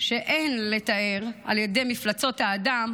שאין לתאר על ידי מפלצות האדם